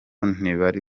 ntibari